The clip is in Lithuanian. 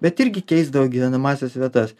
bet irgi keisdavo gyvenamąsias vietas